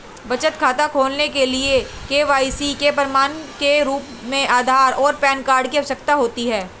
बचत खाता खोलने के लिए के.वाई.सी के प्रमाण के रूप में आधार और पैन कार्ड की आवश्यकता होती है